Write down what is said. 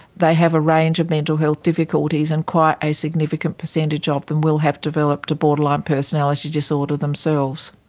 they have a range of mental health difficulties, and quite a significant percentage ah of them will have developed a borderline personality disorder themselves.